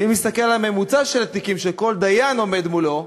ואם נסתכל על הממוצע של התיקים שכל דיין עומד מולו,